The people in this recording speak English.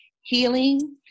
healing